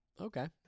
Okay